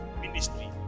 ministry